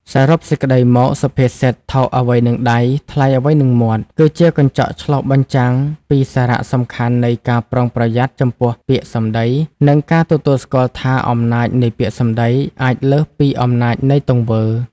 សរុបសេចក្ដីមក សុភាសិត "ថោកអ្វីនឹងដៃ ថ្លៃអ្វីនឹងមាត់" គឺជាកញ្ចក់ឆ្លុះបញ្ចាំងពីសារៈសំខាន់នៃ ការប្រុងប្រយ័ត្នចំពោះពាក្យសម្ដី និងការទទួលស្គាល់ថា អំណាចនៃពាក្យសម្ដីអាចលើសពីអំណាចនៃទង្វើ។